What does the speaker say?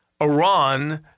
Iran